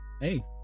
hey